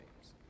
games